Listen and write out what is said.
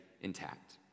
intact